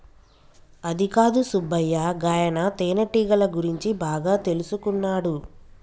అదికాదు సుబ్బయ్య గాయన తేనెటీగల గురించి బాగా తెల్సుకున్నాడు